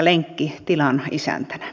lenkki tilan isäntänä